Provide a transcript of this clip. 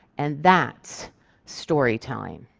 and that's storytelling.